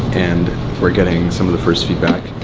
and we're getting some of the first feedback,